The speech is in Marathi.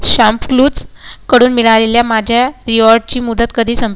शामक्लूजकडून मिळालेल्या माझ्या रिवॉर्डची मुदत कधी संपते